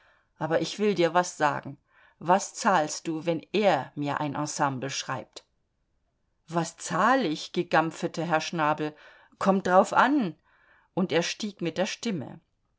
aber ich will dir was sagen was zahlst du wenn er mir ein ensemble schreibt was zahl ich gigampfete herr schnabel kommt drauf an und er stieg mit der stimme